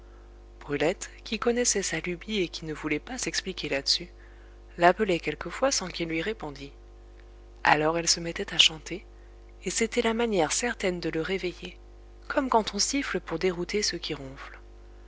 brulette qui connaissait sa lubie et qui ne voulait pas s'expliquer là-dessus l'appelait quelquefois sans qu'il lui répondît alors elle se mettait à chanter et c'était la manière certaine de le réveiller comme quand on siffle pour dérouter ceux qui ronflent